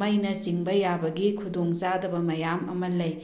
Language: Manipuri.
ꯃꯩꯅ ꯆꯤꯡꯕ ꯌꯥꯕꯒꯤ ꯈꯨꯗꯣꯡ ꯆꯥꯗꯕ ꯃꯌꯥꯝ ꯑꯃ ꯂꯩ